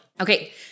Okay